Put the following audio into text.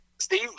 Steve